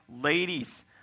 ladies